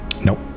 Nope